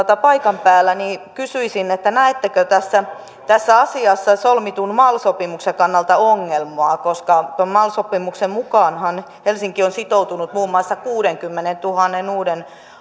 paikan päällä niin kysyisin näettekö tässä tässä asiassa solmitun mal sopimuksen kannalta ongelmaa koska tuon mal sopimuksen mukaanhan helsinki on sitoutunut muun muassa kuudenkymmenentuhannen uuden